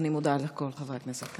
אני מודה על הכול, חברי הכנסת.